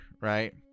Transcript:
right